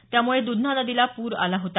त्यामुळे दूधना नदीला पूर आला होता